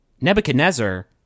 Nebuchadnezzar